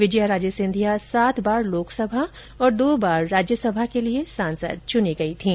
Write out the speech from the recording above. विजया राजे सिंधिया सात बार लोकसभा और दो बार राज्य सभा के लिए सांसद चुनी गई थीं